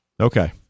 Okay